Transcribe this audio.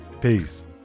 Peace